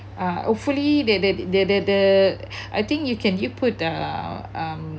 uh hopefully they they they they the I think you can you put the um